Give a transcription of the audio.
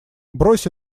брось